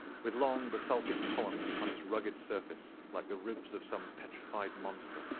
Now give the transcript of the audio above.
with long basaltic columns upon its rugged surface like the ribs of some petrified monster.